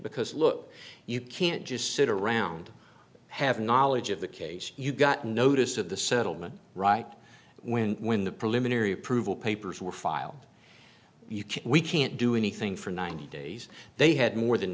because look you can't just sit around have knowledge of the case you got notice of the settlement right when when the preliminary approval papers were filed you can't we can't do anything for ninety days they had more than